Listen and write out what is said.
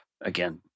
again